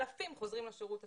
כך אלפים חוזרים לשירות הציבורי,